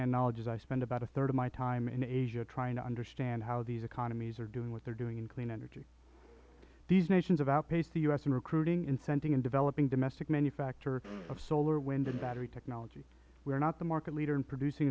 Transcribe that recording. hand knowledge as i spend about a third of my time in asia trying to understand how these economies are doing what they are doing in clean energy these nations have outpaced the u s in recruiting incenting and developing domestic manufacture of solar wind and battery technology we are not the market leader in producing